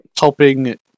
helping